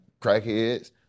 crackheads